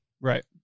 right